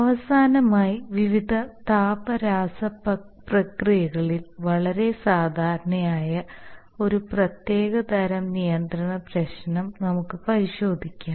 അവസാനമായി വിവിധ താപ രാസ പ്രക്രിയകളിൽ വളരെ സാധാരണമായ ഒരു പ്രത്യേക തരം നിയന്ത്രണ പ്രശ്നം നമുക്ക് പരിശോധിക്കാം